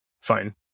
Fine